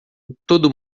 todo